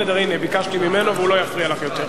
ביקשתי ממנו, והוא לא יפריע לך יותר.